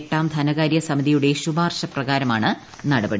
എട്ടാം ധനകാര്യസമിതിയുടെ ശുപാർശപ്രകാരമാണ് നടപടി